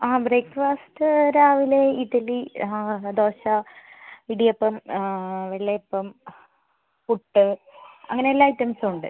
അ breakfast രാവിലെ ഇഡ്ഡലി ദോശ ഇടിയപ്പം വെള്ള അപ്പം പുട്ട് അങ്ങനെ എല്ലാ ഐറ്റംസും ഉണ്ട്